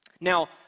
now